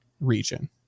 region